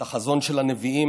את החזון של הנביאים,